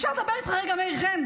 אפשר לדבר איתך רגע, מאיר חן?